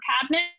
cabinet